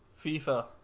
FIFA